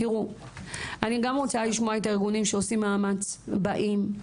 אני רוצה לשמוע את הארגונים שעושים מאמץ ובאים,